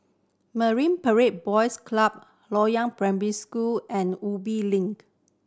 Marine Parade Boys Club Loyang Primary School and Ubi Link